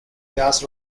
jazz